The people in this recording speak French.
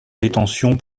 détention